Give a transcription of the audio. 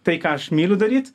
tai ką aš myliu daryt